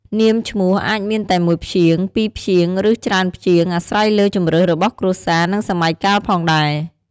នាមឈ្មោះអាចមានតែមួយព្យាង្គ ពីរព្យាង្គ ឬ ច្រើនព្យាង្គ អាស្រ័យលើជម្រើសរបស់គ្រួសារ និងសម័យកាលផងដែរ។